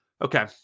Okay